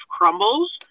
crumbles